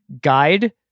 guide